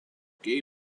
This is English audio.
gay